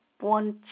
one